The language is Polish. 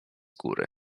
góry